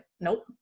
nope